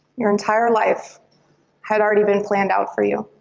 your entire life had already been planned out for you.